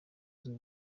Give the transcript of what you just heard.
z’u